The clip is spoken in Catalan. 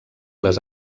les